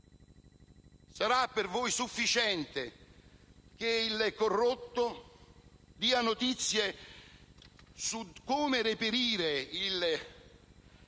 Sarà per voi sufficiente che il corrotto dia notizie su come reperire il